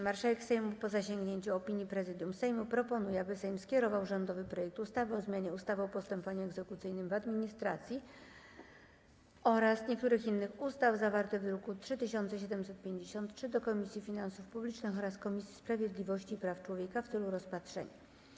Marszałek Sejmu, po zasięgnięciu opinii Prezydium Sejmu, proponuje, aby Sejm skierował rządowy projekt ustawy o zmianie ustawy o postępowaniu egzekucyjnym w administracji oraz niektórych innych ustaw, zawarty w druku nr 3753, do Komisji Finansów Publicznych oraz Komisji Sprawiedliwości i Praw Człowieka w celu rozpatrzenia.